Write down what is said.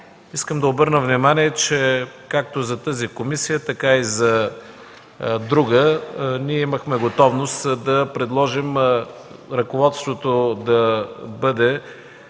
Искам да обърна внимание, че както за тази комисия, така и за друга ние имахме готовност да предложим ръководството,